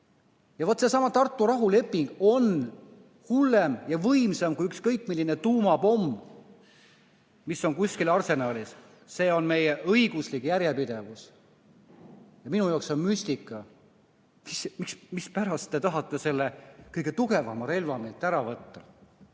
Vaat seesama Tartu rahuleping on hullem ja võimsam kui ükskõik milline tuumapomm, mis on kuskil arsenalis. See on meie õiguslik järjepidevus. Minu jaoks on müstika, mispärast te tahate selle kõige tugevama relva meilt ära võtta.